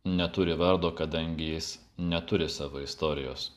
neturi vardo kadangi jis neturi savo istorijos